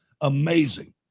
amazing